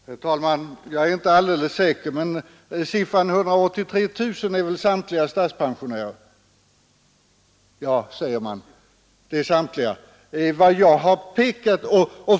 Herr talman! Jag är inte alldeles säker, men siffran 183 000 gäller väl samtliga statspensionärer? — Ja, säger man, det är samtliga.